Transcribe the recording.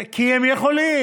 כי הם יכולים.